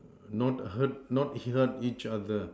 not hurt not hurt each other